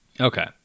Okay